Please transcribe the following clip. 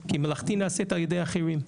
כי מלאכתי נעשית על ידי אחרים.